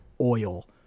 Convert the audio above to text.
oil